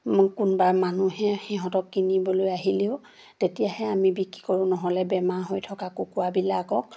কোনোবা মানুহে সিহঁতক কিনিবলৈ আহিলেও তেতিয়াহে আমি বিক্ৰী কৰোঁ নহ'লে বেমাৰ হৈ থকা কুকুৰাবিলাকক